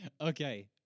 okay